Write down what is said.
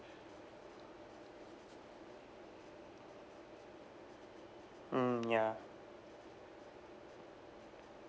mm ya